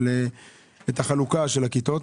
את החלוקה של הכיתות,